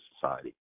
society